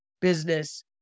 business